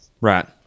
right